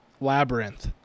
Labyrinth